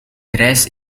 reis